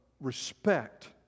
respect